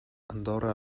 andorra